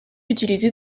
utilisée